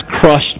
crushed